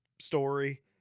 story